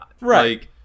right